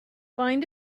find